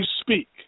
speak